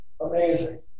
amazing